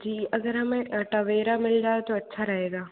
जी अगर हमें तवेरा मिल जाए तो अच्छा रहेगा